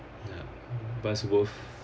ya pass both